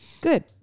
Good